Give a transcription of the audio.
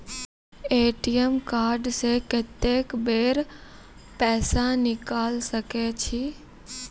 ATM card से कत्तेक बेर पैसा निकाल सके छी?